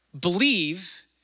believe